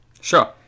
Sure